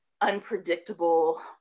unpredictable